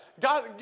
God